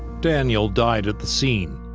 daniel died at the scene.